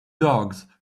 dogs